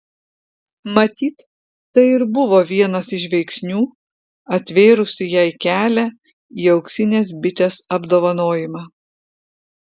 matyt tai ir buvo vienas iš veiksnių atvėrusių jai kelią į auksinės bitės apdovanojimą